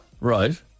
Right